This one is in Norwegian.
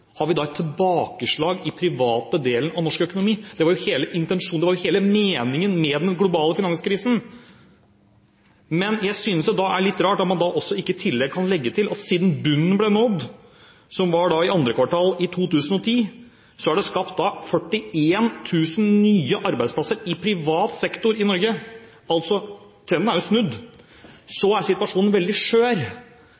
hadde vi da et tilbakeslag i den private delen av norsk økonomi; det var jo hele intensjonen, det var jo hele meningen med den globale finanskrisen. Men jeg synes det er litt rart at man da ikke kan legge til at siden bunnen ble nådd i 2. kvartal i 2010, er det skapt 41 000 nye arbeidsplasser i privat sektor i Norge. Trenden er jo snudd. Så